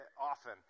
often